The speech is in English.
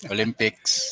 Olympics